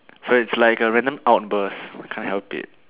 so it's like a random outburst can't help it